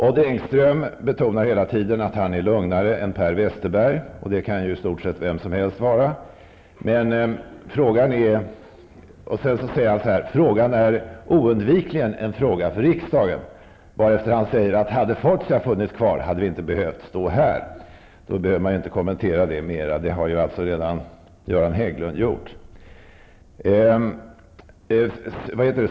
Odd Engström betonar hela tiden att han är lugnare än Per Westerberg. Det kan i stort sett vem som helst vara. Så säger Odd Engström: Den här frågan är oundvikligen en fråga för riksdagen, varefter han säger att hade Fortia funnits kvar, hade vi inte behövt stå här. Det behöver jag inte kommentera ytterligare, det har redan Göran Hägglund gjort.